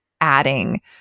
adding